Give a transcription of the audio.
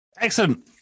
Excellent